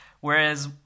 Whereas